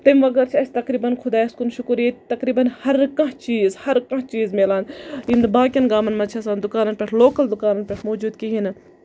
تَمہِ بغٲے چھُ اَسہِ تَقریٖبَن خۄدایَس کُن شُکُر ییٚتہِ تَٮقریٖبَن ہَر کانہہ چیٖز ہَر کانہہ چیٖز مِلان یِم نہٕ باقین گامَن منٛز چھِ آسان دُکانن پٮ۪ٹھ لوکَل دُکانَن پٮ۪ٹھ موٗجوٗد کِہیٖنۍ نہٕ